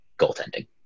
goaltending